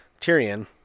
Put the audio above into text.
Tyrion